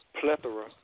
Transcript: plethora